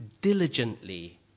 diligently